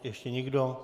Ještě někdo?